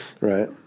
Right